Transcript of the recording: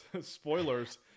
Spoilers